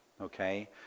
okay